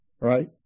right